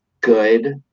good